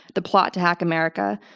the plot to hack america.